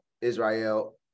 Israel